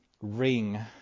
ring